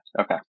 Okay